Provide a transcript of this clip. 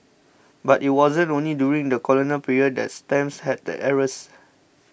but it wasn't only during the colonial period that stamps had errors